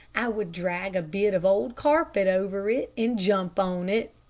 i would drag a bit of old carpet over it and jump on it.